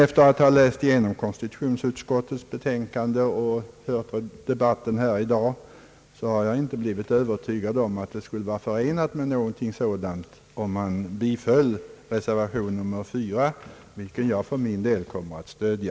Efter att ha läst igenom konstitutionsutskottets utlåtande och efter att ha hört debatten här i dag har jag inte blivit övertygad om att det skulle vara förenat med några praktiska svårigheter att bifalla reservation 4, vilken jag för min del kommer att stödja.